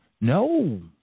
No